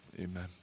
amen